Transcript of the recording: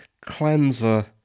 cleanser